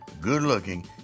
good-looking